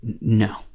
No